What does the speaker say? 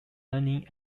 learning